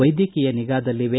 ವೈದ್ಯಕೀಯ ನಿಗಾದಲ್ಲಿವೆ